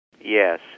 Yes